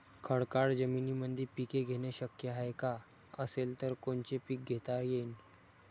खडकाळ जमीनीमंदी पिके घेणे शक्य हाये का? असेल तर कोनचे पीक घेता येईन?